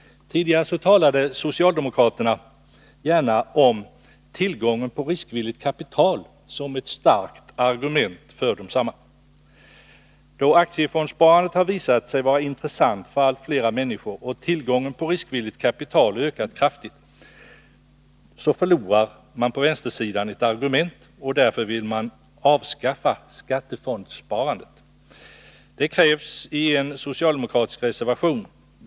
Tidigare talade socialdemokraterna gärna om tillgången på riskvilligt kapital, och framförde detta som ett starkt argument för fonderna. Då aktiefondssparandet visat sig vara intressant för allt flera människor och tillgången på riskvilligt kapital har ökat kraftigt, så förlorar man på vänstersidan ett argument, och därför vill man avskaffa skattefondssparandet. Det krävs i en socialdemokratisk reservation.